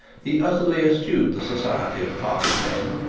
he utterly eschewed the society of fast men,